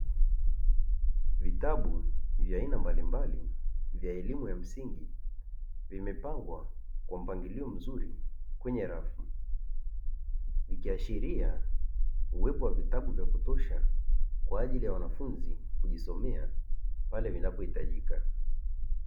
Vitabu vya aina mbalimbali vya elimu ya msingi vimepangwa kwa mpangilio mzuri kwenye rafu, vikiashiria uwepo wa vitabu vya kutosha kwa ajili ya wanafunzi kujisomea pale vinapo hitajika.